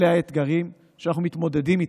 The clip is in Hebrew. אלה האתגרים שאנחנו מתמודדים איתם.